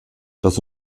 das